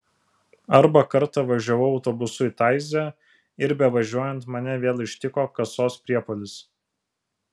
arba kartą važiavau autobusu į taizė ir bevažiuojant mane vėl ištiko kasos priepuolis